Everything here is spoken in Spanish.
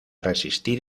resistir